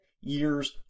years